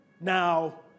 Now